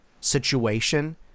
situation